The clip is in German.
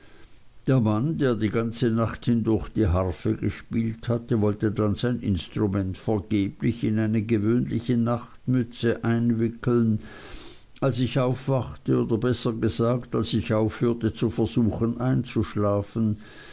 der mann der die ganze nacht hindurch die harfe gespielt hatte wollte dann sein instrument vergeblich in eine gewöhnliche nachtmütze einwickeln als ich aufwachte oder besser gesagt als ich aufhörte zu versuchen einzuschlafen